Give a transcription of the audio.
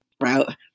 route